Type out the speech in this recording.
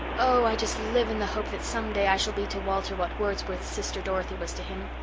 oh, i just live in the hope that some day i shall be to walter what wordsworth's sister dorothy was to him.